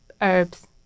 herbs